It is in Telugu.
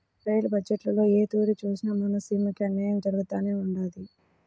రెయిలు బజ్జెట్టులో ఏ తూరి సూసినా మన సీమకి అన్నాయం జరగతానే ఉండాది